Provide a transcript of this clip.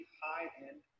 high-end